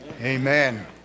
Amen